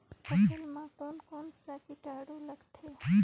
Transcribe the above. फसल मा कोन कोन सा कीटाणु लगथे?